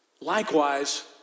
Likewise